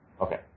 Okay